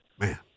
Man